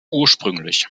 ursprünglich